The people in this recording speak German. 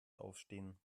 aufstehen